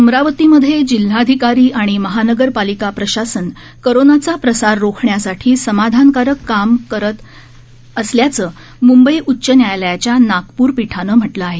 अमरावतीमध्ये जिल्हाधिकारी आणि महानगरपालिका प्रशासन कोरोनाचा प्रसार रोखण्यासाठी समाधानकारक काम करत असल्याचं म्ंबई उच्च न्यायालयाच्या नागपूर पीठानं म्हटलं आहे